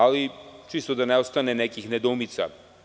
Ali, čisto da ne ostane nekih nedoumica.